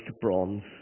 bronze